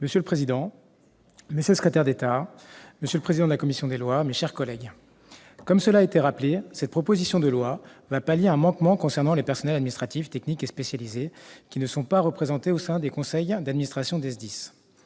Monsieur le président, monsieur le secrétaire d'État, monsieur le président de la commission des lois, mes chers collègues, comme cela a été rappelé, cette proposition de loi vise à pallier un manquement concernant les personnels administratifs, techniques et spécialisés, les PATS, qui ne sont pas représentés au sein des conseils d'administration des SDIS.